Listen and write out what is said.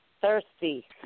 Thirsty